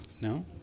No